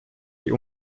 die